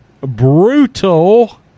brutal